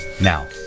Now